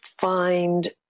find